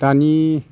दानि